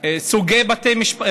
סוגי בתי משפט,